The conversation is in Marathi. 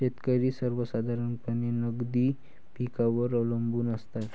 शेतकरी सर्वसाधारणपणे नगदी पिकांवर अवलंबून असतात